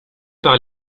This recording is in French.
par